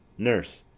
nurse.